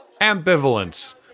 ambivalence